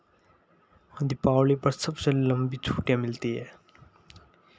दिपावली पर सबसे लम्बी छुट्टियाँ मिलती है